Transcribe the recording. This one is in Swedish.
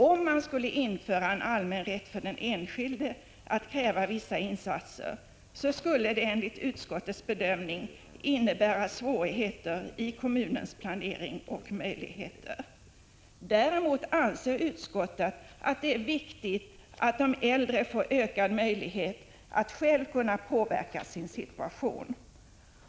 Om man skulle införa en allmän rätt för den enskilde att kräva vissa insatser, skulle det enligt utskottets bedömning innebära svårigheter i kommunens planering och möjligheter. Däremot anser utskottet att det är viktigt att de äldre får ökad möjlighet att själva påverka sin situation.